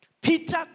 Peter